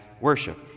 worship